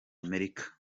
amerika